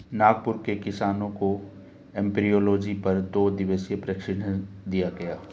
नागपुर के किसानों को एपियोलॉजी पर दो दिवसीय प्रशिक्षण दिया गया